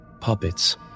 Puppets